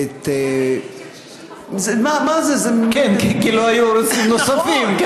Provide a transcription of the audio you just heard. רייטינג של 60%. כי לא היו ערוצים נוספים.